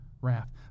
raft